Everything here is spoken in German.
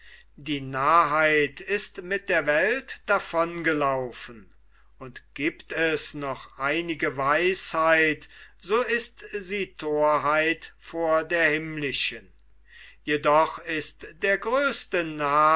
die narrheit ist mit der welt davon gelaufen und giebt es noch einige weisheit so ist sie thorheit vor der himmlischen jedoch ist der größte